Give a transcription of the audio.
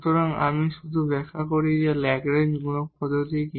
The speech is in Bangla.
সুতরাং আমি শুধু ব্যাখ্যা করি যে ল্যাগরেঞ্জ মাল্টিপ্লায়ারLagrange's multiplier পদ্ধতি কি